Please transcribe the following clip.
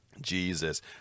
Jesus